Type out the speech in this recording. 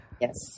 Yes